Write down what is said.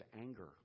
anger